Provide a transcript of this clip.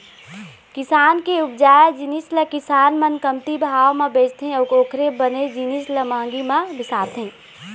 किसान के उपजाए जिनिस ल किसान मन कमती भाव म बेचथे अउ ओखरे बने जिनिस ल महंगी म बिसाथे